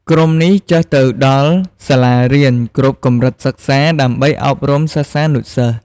ក្រុមនេះចុះទៅដល់សាលារៀន គ្រប់កម្រិតសិក្សាដើម្បីអប់រំសិស្សានុសិស្ស។